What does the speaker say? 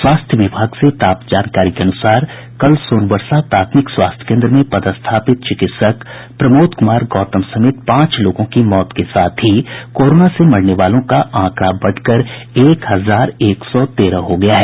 स्वास्थ्य विभाग से प्राप्त जानकारी के अनुसार कल सोनबरसा प्राथमिक स्वास्थ्य केन्द्र में पदस्थापित चिकित्सक प्रमोद कुमार गौतम समेत पांच लोगों की मौत के साथ ही कोरोना से मरने वालों का आंकड़ा बढ़कर एक हजार एक सौ तेरह हो गया है